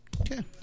Okay